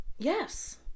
yes